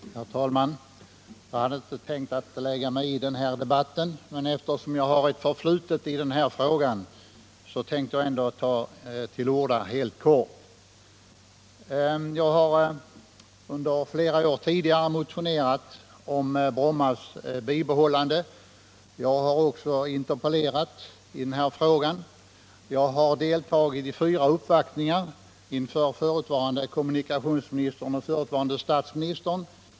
Herr talman! Jag hade inte tänkt lägga mig i denna debatt, men eftersom jag har ett förflutet i den här frågan vill jag ta till orda helt kort. Jag har tidigare under flera år motionerat om Brommas bibehållande. Jag har också interpellerat i den här frågan, och jag har deltagit i fyra uppvaktningar inför förutvarande kommunikationsministern och förutvarande statsministern.